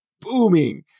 booming